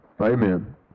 Amen